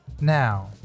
Now